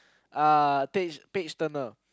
uh tage page turner